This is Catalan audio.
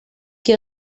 qui